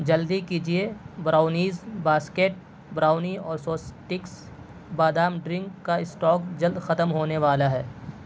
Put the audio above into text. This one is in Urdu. جلدی کیجیے براؤنیز باسکیٹ براؤنی اور سوستکس بادام ڈرنک کا اسٹاک جلد ختم ہونے والا ہے